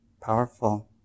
powerful